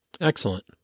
Excellent